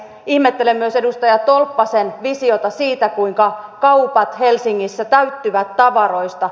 ihmettelen myös edustaja tolppasen visiota siitä kuinka kaupat helsingissä täyttyvät tavaroista